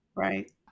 Right